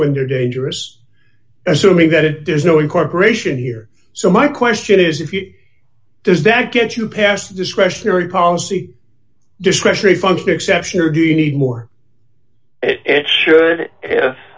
when they're dangerous assuming that it does no incorporation here so my question is if you does that get you past a discretionary policy discretionary function exception or do you need more it should have